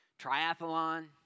triathlon